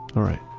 all right.